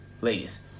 ladies